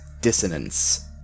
Dissonance